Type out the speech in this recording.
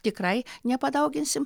tikrai nepadauginsim